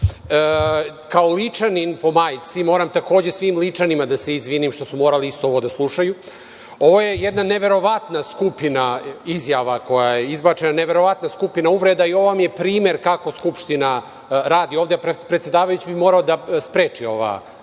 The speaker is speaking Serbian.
Ličanin, po majci, moram takođe svim Ličanima da se izvinim što su morali isto ovo da slušaju. Ovo je jedna neverovatna skupina izjava koja je izbačena, neverovatna skupina uvreda i ovo vam je primer kako Skupština radi ovde, predsedavajući bi morao da spreči ova